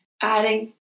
adding